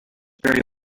barry